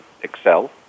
Excel